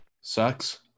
Sucks